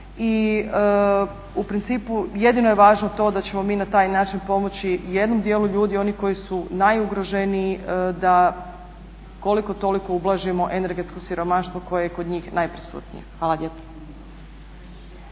I u principu jedino je važno to da ćemo mi na taj način pomoći jednom dijelu ljudi oni koji su najugroženiji da koliko toliko ublažimo energetsko siromaštvo koje je kod njih najprisutnije. Hvala lijepo.